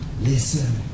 Listen